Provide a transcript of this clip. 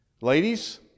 Ladies